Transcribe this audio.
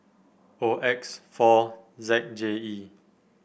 O X four Z J E